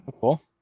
Cool